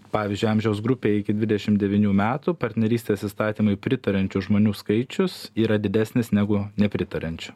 pavyzdžiui amžiaus grupėj iki dvidešim devynių metų partnerystės įstatymui pritariančių žmonių skaičius yra didesnis negu nepritariančių